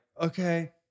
okay